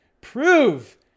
prove